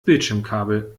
bildschirmkabel